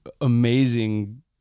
amazing